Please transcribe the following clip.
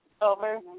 over